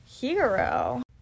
Hero